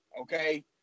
okay